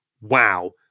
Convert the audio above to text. wow